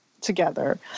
together